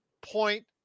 Point